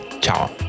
Ciao